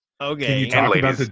Okay